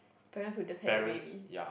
parents who just had their babies